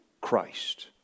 Christ